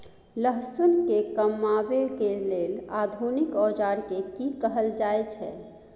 लहसुन के कमाबै के लेल आधुनिक औजार के कि कहल जाय छै?